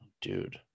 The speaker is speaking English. dude